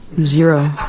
Zero